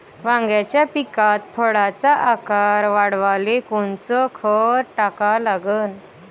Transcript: वांग्याच्या पिकात फळाचा आकार वाढवाले कोनचं खत टाका लागन?